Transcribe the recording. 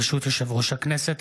ברשות יושב-ראש הכנסת,